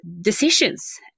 decisions